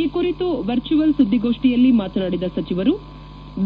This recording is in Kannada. ಈ ಕುರಿತು ವರ್ಚುವಲ್ ಸುದ್ದಿಗೋಷ್ನಿಯಲ್ಲಿ ಮಾತನಾಡಿದ ಸಚಿವರು